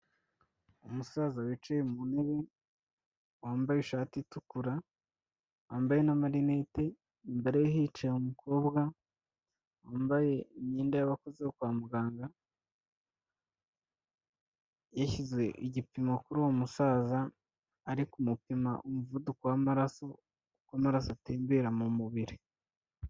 Umusaza wicaye mu ntebe wambaye ishati itukura ambaye n'amarinette imbere hicaye umukobwa wambaye imyenda y'abakozi kwa muganga yashyize igipimo kuri uwo musaza ari kumupima umuvuduko w'amaraso kuko amaraso atembera mu mubiri.